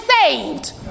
saved